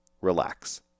relax